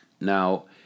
Now